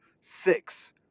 six